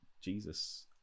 Jesus